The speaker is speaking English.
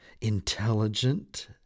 intelligent